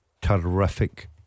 terrific